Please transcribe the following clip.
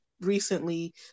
recently